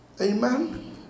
Amen